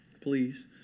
please